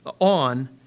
on